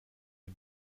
les